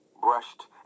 Brushed